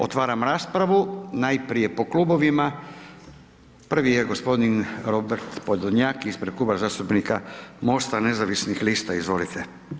Otvaram raspravu najprije po klubovima, prvi je g. Robert Podolnjak ispred Kluba zastupnika MOST-a nezavisnih lista, izvolite.